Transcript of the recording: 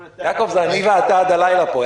יעקב, זה אני ואתה עד הלילה פה...